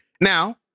now